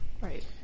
Right